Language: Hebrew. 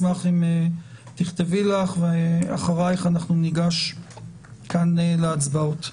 אשמח אם תכתבי לך ואחרייך אנחנו ניגש כאן להצבעה.